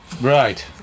Right